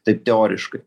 taip teoriškai